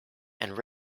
and